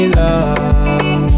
love